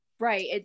Right